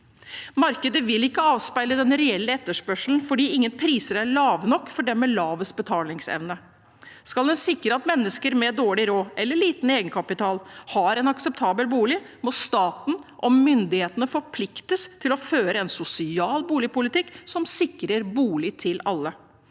Markedet vil ikke avspeile den reelle etterspørselen, for ingen priser er lave nok for dem med lavest betalingsevne. Skal en sikre at mennesker med dårlig råd eller liten egenkapital har en akseptabel bolig, må staten og myndighetene forpliktes til å føre en sosial boligpolitikk som sikrer bolig til alle.